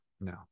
no